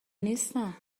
نیستم